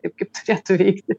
taip kaip turėtų veikti